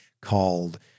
called